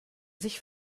sich